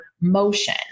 motion